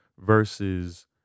versus